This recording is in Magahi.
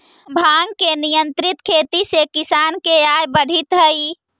भाँग के नियंत्रित खेती से किसान के आय बढ़ित हइ